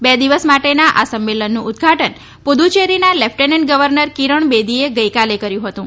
બે દિવસ માટેના આ સંમેલનનું ઉદઘાટન પુદુચેરીના લેફટનંટ ગવર્નર કિરણ બેદીએ ગઇકાલે કર્યુ હતું